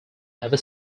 ever